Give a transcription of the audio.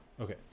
Okay